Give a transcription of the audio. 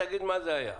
תגיד מה זה היה.